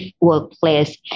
workplace